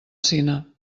cine